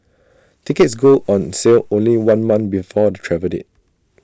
tickets go on sale only one month before the travel date